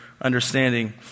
understanding